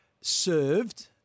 served